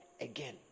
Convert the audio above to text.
again